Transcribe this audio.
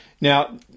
Now